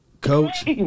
Coach